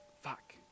fuck